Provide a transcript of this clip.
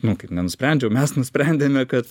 nu kaip nenusprendžiau mes nusprendėme kad